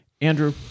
Andrew